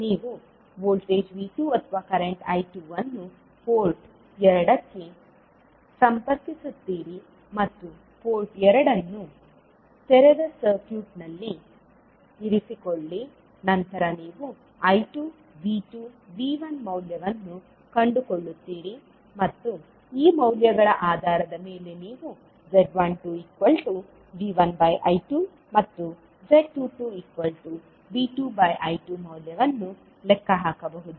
ನೀವು voltage V2 ಅಥವಾ current I2 ಅನ್ನು ಪೋರ್ಟ್ 2 ಗೆ ಸಂಪರ್ಕಿಸುತ್ತೀರಿ ಮತ್ತು ಪೋರ್ಟ್ 2 ಅನ್ನು ತೆರೆದ ಸರ್ಕ್ಯೂಟ್ನಲ್ಲಿ ಇರಿಸಿಕೊಳ್ಳಿ ನಂತರ ನೀವು I2 V2 V1 ಮೌಲ್ಯವನ್ನು ಕಂಡುಕೊಳ್ಳುತ್ತೀರಿ ಮತ್ತು ಈ ಮೌಲ್ಯಗಳ ಆಧಾರದ ಮೇಲೆ ನೀವು z12V1I2 ಮತ್ತು z22V2I2 ಮೌಲ್ಯವನ್ನು ಲೆಕ್ಕ ಹಾಕಬಹುದು